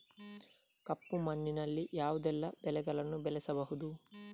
ಕಪ್ಪು ಮಣ್ಣಿನಲ್ಲಿ ಯಾವುದೆಲ್ಲ ಬೆಳೆಗಳನ್ನು ಬೆಳೆಸಬಹುದು?